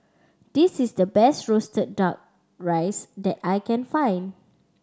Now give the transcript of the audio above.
this is the best roasted Duck Rice that I can find